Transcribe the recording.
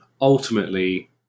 ultimately